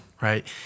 Right